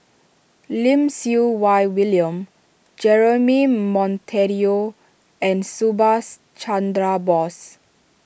Lim Siew Wai William Jeremy Monteiro and Subhas Chandra Bose